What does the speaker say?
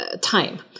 time